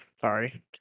sorry